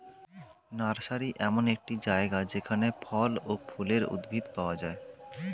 nursery এমন একটি জায়গা যেখানে ফল ও ফুলের উদ্ভিদ পাওয়া যায়